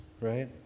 right